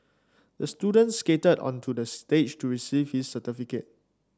the student skated onto the stage to receive his certificate